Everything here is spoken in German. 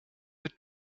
mit